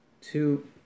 two